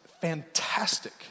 fantastic